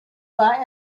war